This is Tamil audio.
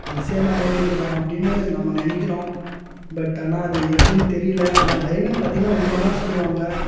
அது சேர்ந்தா மாதிரி இருக்கலாம் அப்படின்னு நம்ம நினைக்கிறோம் பட் ஆனால் அது எப்படினு தெரியலை ஆனால் அது லைவுனு பார்த்தீங்கன்னா உண்மை தான் சொல்லுவாங்க